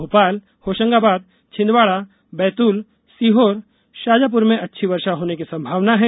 भोपाल होशंगाबाद छिंदवाड़ा बैतूल सीहोर शाजापुर में अच्छी वर्षा होने की संभावना है